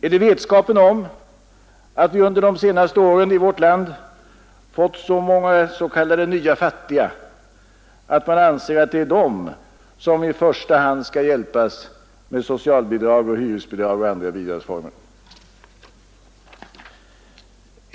Är det vetskapen om att vi under se senarste åren fått så många s.k. nya fattiga i vårt eget land, att man anser att det är de, som i första hand skall hjälpas med socialbidrag och hyresbidrag eller med andra bidragsformer?